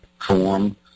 form